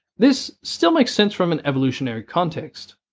this still makes sense from an evolutionary context.